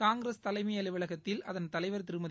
காங்கிரஸ் தலைமை அலுவலகத்தில் அதன் தலைவர் திருமதி